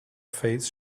face